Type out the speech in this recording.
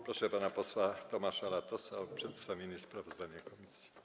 Proszę pana posła Tomasza Latosa o przedstawienie sprawozdania komisji.